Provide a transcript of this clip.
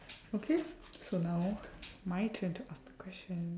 okay so now my turn to ask the question